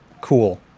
cool